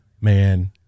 Man